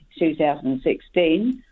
2016